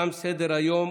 תם סדר-היום.